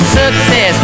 success